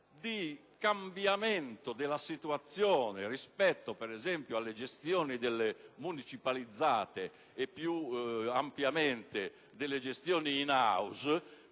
di cambiamento della situazione rispetto, per esempio, alle gestioni delle municipalizzate e più ampiamente delle gestioni *in house*,